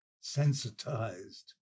sensitized